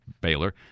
Baylor